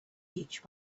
each